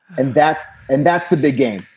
and that's and that's the big game.